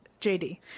jd